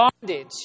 bondage